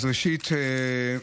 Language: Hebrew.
אז ראשית,